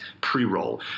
pre-roll